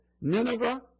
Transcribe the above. Nineveh